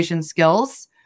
skills